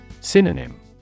Synonym